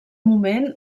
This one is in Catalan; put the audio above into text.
moment